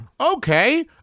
Okay